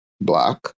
Black